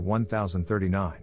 1039